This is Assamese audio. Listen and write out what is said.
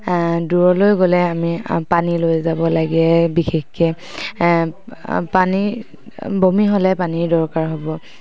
দূৰলৈ গ'লে আমি পানী লৈ যাব লাগে বিশেষকে পানীৰ বমি হ'লে পানীৰ দৰকাৰ হ'ব